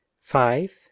five